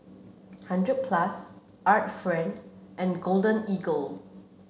Hundred Plus Art Friend and Golden Eagle